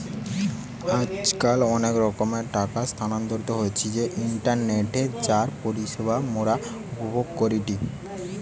আজকাল অনেক রকমের টাকা স্থানান্তর হতিছে ইন্টারনেটে যার পরিষেবা মোরা উপভোগ করিটি